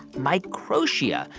microtia.